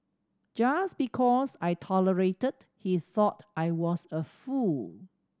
just because I tolerated he thought I was a fool